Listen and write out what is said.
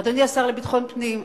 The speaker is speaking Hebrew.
אדוני השר לביטחון פנים,